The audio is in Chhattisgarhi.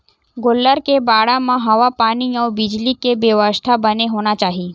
गोल्लर के बाड़ा म हवा पानी अउ बिजली के बेवस्था बने होना चाही